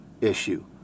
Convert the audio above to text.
issue